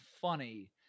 funny